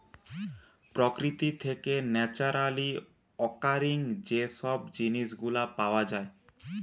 প্রকৃতি থেকে naturally occurring যে সব জিনিস গুলা পাওয়া যায়